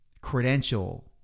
credential